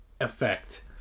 effect